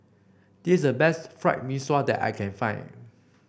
this the best Fried Mee Sua that I can find